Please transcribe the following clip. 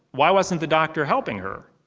why wasn't the doctor helping her?